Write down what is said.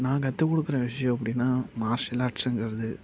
நான் கற்று கொடுக்கற விஷயம் அப்படின்னா மார்ஷியல் ஆர்ட்ஸுங்கிறது